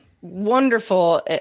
wonderful